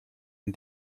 ein